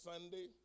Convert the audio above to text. Sunday